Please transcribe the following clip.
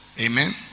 amen